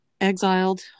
exiled